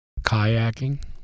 Kayaking